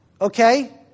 Okay